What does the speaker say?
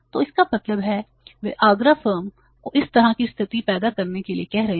तो इसका मतलब है कि वे आगरा फर्म को इस तरह की स्थिति पैदा करने के लिए कह रहे हैं